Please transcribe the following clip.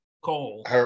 Cole